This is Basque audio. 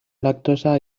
laktosa